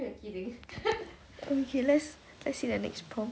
okay let's let's see the next prompt